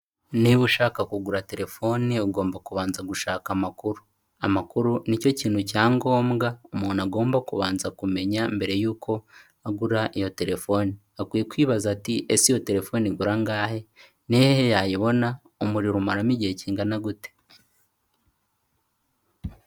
Niba ushaka kugura telefone ugomba kubanza gushaka amakuru, amakuru ni cyo kintu cya ngombwa umuntu agomba kubanza kumenya mbere yuko agura iyo telefone, akwiye kwibaza ati :''Ese iyo telefoni igura angahe, ni hehe yayibona, umuriro umaramo igihe kingana gute''.